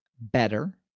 better